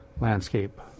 landscape